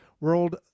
world